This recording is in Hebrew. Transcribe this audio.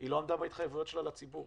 היא לא עמדה בהתחייבויות שלה לציבור.